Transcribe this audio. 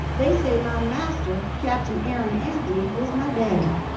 they say my master, captain aaron anthony, was my daddy,